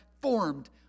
formed